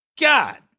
God